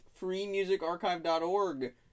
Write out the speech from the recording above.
freemusicarchive.org